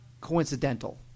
coincidental